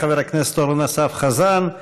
חבר הכנסת אורן אסף חזן,